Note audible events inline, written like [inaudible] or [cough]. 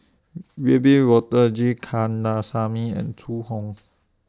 [noise] Wiebe Wolters G Kandasamy and Zhu Hong